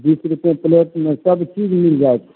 बीस रुपए पलेटमे सभचीज मिल जाएत